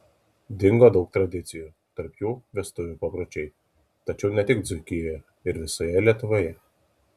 dingo daug tradicijų tarp jų vestuvių papročiai tačiau ne tik dzūkijoje ir visoje lietuvoje